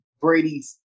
Brady's